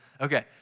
okay